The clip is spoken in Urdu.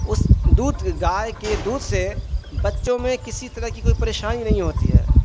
اس دودھ گائے کے دودھ سے بچوں میں کسی طرح کی کوئی پریشانی نہیں ہوتی ہے